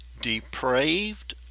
depraved